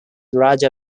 raja